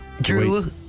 Drew